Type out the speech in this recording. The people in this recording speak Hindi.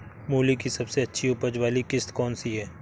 मूली की सबसे अच्छी उपज वाली किश्त कौन सी है?